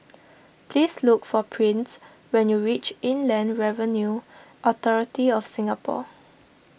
please look for Prince when you reach Inland Revenue Authority of Singapore